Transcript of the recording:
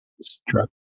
struck